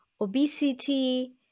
obesity